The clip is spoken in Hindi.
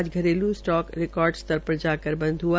आज घरेलू स्टॉक रिकार्ड स्तर पर जाक बंद हआ